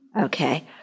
Okay